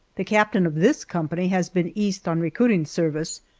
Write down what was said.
the captain of this company has been east on recruiting service,